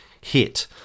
hit